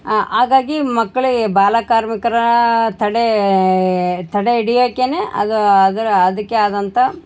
ಹಾಗಾಗಿ ಮಕ್ಳಿಗೆ ಬಾಲಕಾರ್ಮಿಕರ ತಡೇ ತಡೆ ಹಿಡಿಯಕೇ ಅದು ಅದರ ಅದಕ್ಕೆ ಆದಂಥ